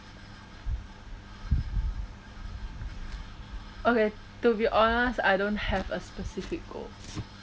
okay to be honest I don't have a specific goal